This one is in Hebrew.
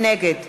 נגד